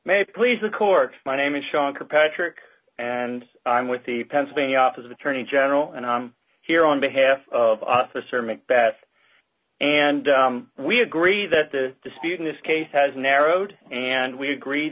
may please the court my name is shawn kirkpatrick and i'm with the pennsylvania opposite attorney general and i'm here on behalf of the sermon bat and we agree that the dispute in this case has narrowed and we agreed